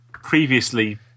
previously